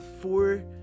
four